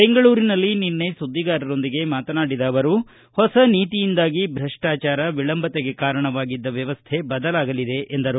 ಬೆಂಗಳೂರಿನಲ್ಲಿ ನಿನ್ನೆ ಸುದ್ದಿಗಾರರೊಂದಿಗೆ ಮಾತನಾಡಿದ ಅವರು ಹೊಸ ನೀತಿಯಿಂದಾಗಿ ಭ್ರಷ್ಟಾಚಾರ ವಿಳಂಬತೆಗೆ ಕಾರಣವಾಗಿದ್ದ ವ್ಯವಸ್ಟೆ ಬದಲಾಗಲಿದೆ ಎಂದರು